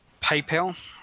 PayPal